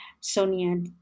Sonia